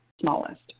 smallest